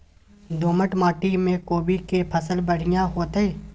दोमट माटी में कोबी के फसल बढ़ीया होतय?